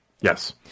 Yes